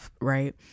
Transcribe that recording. right